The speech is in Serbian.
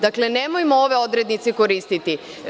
Dakle, nemojmo ove odrednice koristiti.